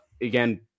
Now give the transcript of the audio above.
again